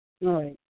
Right